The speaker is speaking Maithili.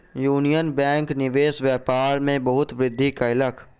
यूनियन बैंक निवेश व्यापार में बहुत वृद्धि कयलक